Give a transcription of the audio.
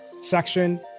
section